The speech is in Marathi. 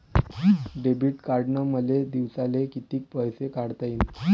डेबिट कार्डनं मले दिवसाले कितीक पैसे काढता येईन?